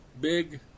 big